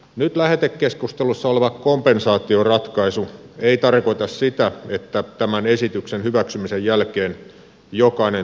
nyt lähetekeskustelussa oleva kompensaatioratkaisu ei tarkoita sitä että tämän esityksen hyväksymisen jälkeen jokainen tuulivoimalahanke hyväksytään